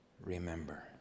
remember